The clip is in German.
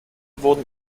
wurden